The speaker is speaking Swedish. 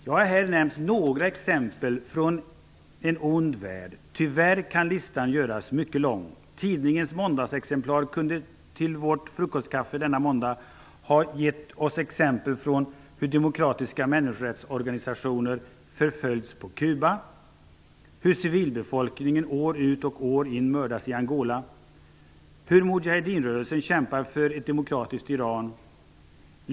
Jag har här nämnt några exempel från en ond värld. Tyvärr kan listan göras mycket lång. Tidningen kunde denna måndag till frukostkaffet ha gett oss exempel på hur demokratiska människorättsorganisationer förföljs på Cuba, hur civilbefolkningen år ut och år in mördas i Angola, hur Mujahedinrörelsen kämpar för ett demokratiskt Iran.